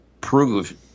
prove